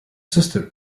sister